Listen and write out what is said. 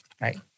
Right